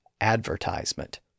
advertisement